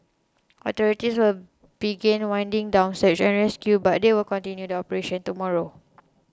authorities will begin winding down search and rescue but they will continue the operation tomorrow